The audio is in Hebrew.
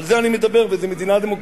על זה אני מדבר, וזה מדינה דמוקרטית.